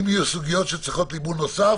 אם יהיו סוגיות שדורשות ליבון נוסף